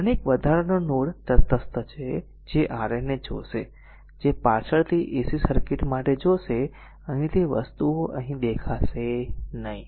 અને એક વધારાનો નોડ તટસ્થ છે જે r n ને જોશે જે પાછળથી AC સર્કિટ માટે જોશે અહીં તે વસ્તુઓ અહીં દેખાશે નહીં